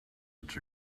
its